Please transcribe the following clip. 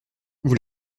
vous